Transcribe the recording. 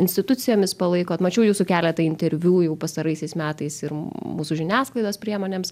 institucijomis palaikot mačiau jūsų keletą interviu jau pastaraisiais metais ir mūsų žiniasklaidos priemonėms